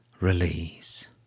release